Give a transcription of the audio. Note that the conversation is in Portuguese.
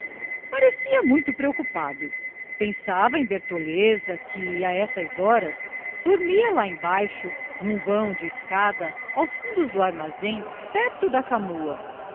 parecia muito preocupado pensava em bertoleza que a essas horas dormia lá embaixo num vão de escada aos fundos do armazém perto da comua